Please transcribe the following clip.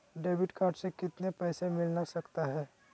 Debit card से कितने पैसे मिलना सकता हैं?